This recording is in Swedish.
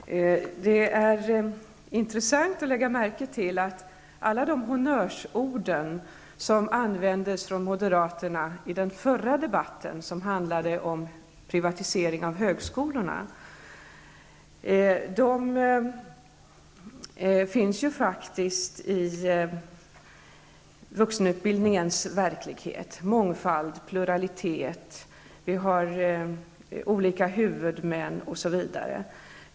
Herr talman! Det är intressant att lägga märke till att alla de honnörsord som användes av moderaterna i den föregående debatten, som handlade om privatisering av högskolorna, finns i vuxenutbildningens verklighet: mångfald, pluralism, olika huvudmän osv.